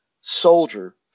soldier